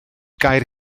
gair